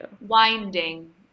Winding